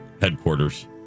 headquarters